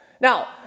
Now